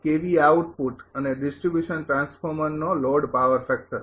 kVA output અને distribution ટ્રાન્સફોર્મરનો load power factor